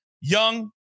young